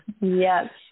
Yes